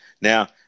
now